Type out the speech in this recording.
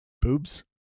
boobs